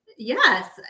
Yes